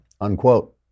unquote